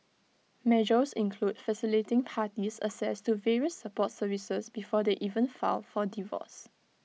measures include facilitating parties access to various support services before they even file for divorce